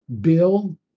Bill